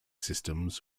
systems